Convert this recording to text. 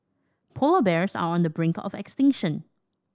polar bears are on the brink of extinction